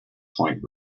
point